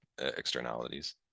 externalities